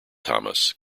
thomas